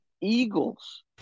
Eagles